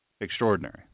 extraordinary